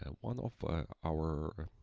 ah one of our